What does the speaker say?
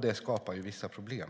Det skapar vissa problem.